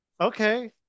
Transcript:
okay